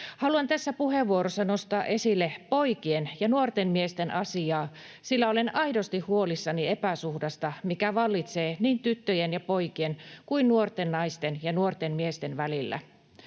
Haluan tässä puheenvuorossa nostaa esille poikien ja nuorten miesten asiaa, sillä olen aidosti huolissani epäsuhdasta, mikä vallitsee niin tyttöjen ja poikien kuin nuorten naisten ja nuorten miesten välillä.